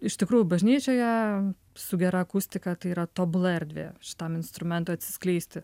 iš tikrųjų bažnyčioje su gera akustika tai yra tobula erdvė šitam instrumentui atsiskleisti